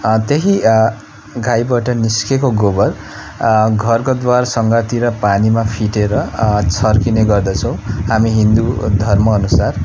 त्यही गाईबाट निस्केको गोबर घरको द्वार सङ्घारतिर पानीमा फिटेर छर्किने गर्दर्छौँ हामी हिन्दू धर्मअनुसार